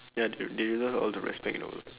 ya they deserve all the respect in the world